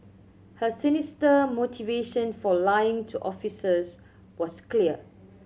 her sinister motivation for lying to officers was clear